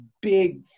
big